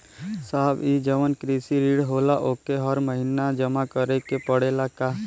साहब ई जवन कृषि ऋण होला ओके हर महिना जमा करे के पणेला का?